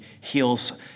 heals